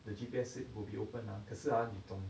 the G_P_S said it will be open ah 可是啊你懂